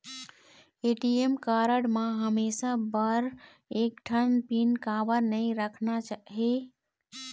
ATM card म हमेशा बर एक ठन पिन काबर नई रखना हे?